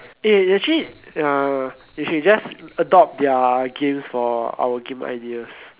eh actually ya we should just adopt their games for our game ideas